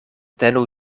tenu